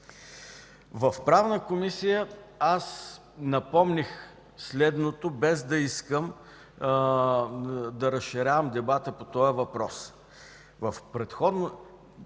по правни въпроси напомних следното, без да искам да разширявам дебата по този въпрос.